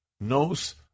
knows